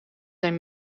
zijn